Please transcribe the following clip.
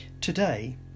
Today